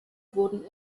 wurden